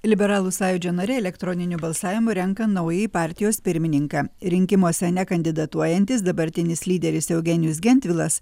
liberalųsąjūdžio nariai elektroniniu balsavimu renka naująjį partijos pirmininką rinkimuose nekandidatuojantis dabartinis lyderis eugenijus gentvilas